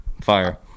Fire